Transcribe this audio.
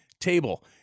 table